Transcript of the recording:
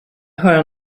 höra